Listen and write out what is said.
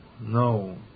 no